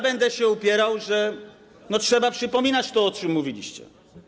Będę się upierał, że trzeba przypominać to, o czym mówiliście.